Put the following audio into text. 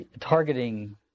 targeting